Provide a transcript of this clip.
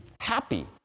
happy